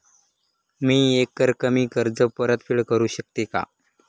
मी एकरकमी कर्ज परतफेड करू शकते का?